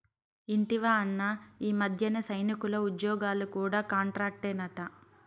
ఇంటివా అన్నా, ఈ మధ్యన సైనికుల ఉజ్జోగాలు కూడా కాంట్రాక్టేనట